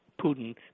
Putin